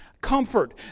comfort